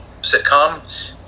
sitcom